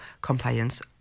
compliance